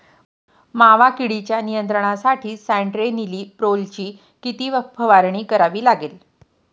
मावा किडीच्या नियंत्रणासाठी स्यान्ट्रेनिलीप्रोलची किती फवारणी करावी लागेल?